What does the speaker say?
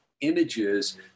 images